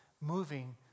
moving